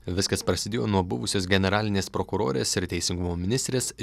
viskas prasidėjo nuo buvusios generalinės prokurorės ir teisingumo ministrės